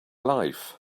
life